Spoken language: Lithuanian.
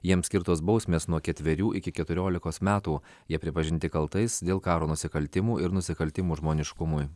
jiems skirtos bausmės nuo ketverių iki ketverių metų jie pripažinti kaltais dėl karo nusikaltimų ir nusikaltimų žmoniškumui